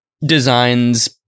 designs